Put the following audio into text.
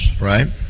Right